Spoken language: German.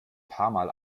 paarmal